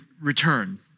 return